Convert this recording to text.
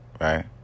right